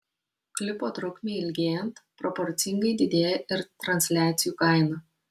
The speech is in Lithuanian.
klipo trukmei ilgėjant proporcingai didėja ir transliacijų kaina